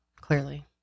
clearly